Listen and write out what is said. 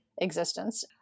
existence